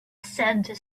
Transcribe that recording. center